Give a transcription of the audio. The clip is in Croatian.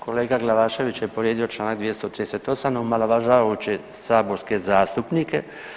Kolega Glavašević je povrijedio članak 238. omalovažavajući saborske zastupnike.